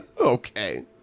Okay